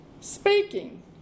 speaking